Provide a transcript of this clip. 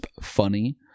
funny